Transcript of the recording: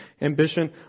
ambition